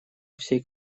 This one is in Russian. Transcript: всей